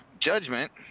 Judgment